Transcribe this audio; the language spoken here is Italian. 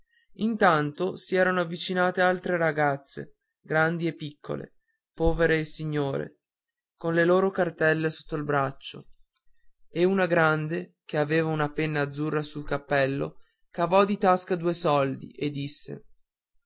serie intanto s'erano avvicinate altre ragazze grandi e piccole povere e signorine con le loro cartelle sotto il braccio e una grande che aveva una penna azzurra sul cappello cavò di tasca due soldi e disse